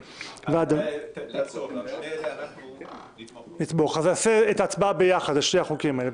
שכבר זוגות --- אנחנו נצביע בעד החוקים האלה.